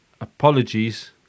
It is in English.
apologies